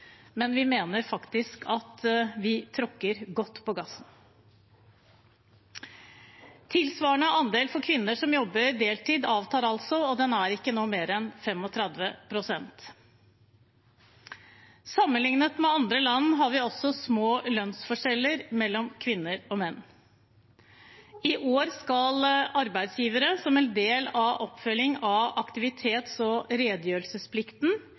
Men vi mener faktisk at vi tråkker godt på gassen. Tilsvarende avtar andelen kvinner som jobber deltid, det er nå ikke mer enn 35 pst. Sammenlignet med andre land har vi også små lønnsforskjeller mellom kvinner og menn. I år skal arbeidsgivere, som en del av oppfølgingen av aktivitets- og redegjørelsesplikten